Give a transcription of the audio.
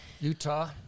Utah